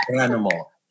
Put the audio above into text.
animal